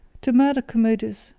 to murder commodus,